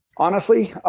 honestly,